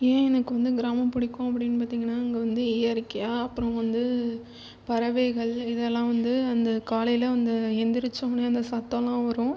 ஏன் எனக்கு வந்து கிராமம் பிடிக்கும் அப்படின்னு பார்த்திங்கன்னா அங்கே வந்து இயற்கையாக அப்புறம் வந்து பறவைகள் இதெல்லாம் வந்து அந்த காலையில் வந்து எழுந்திரிச்சோன்னே அந்த சத்தல்லாம் வரும்